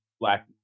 Black